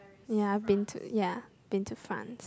ya I've been to ya been to France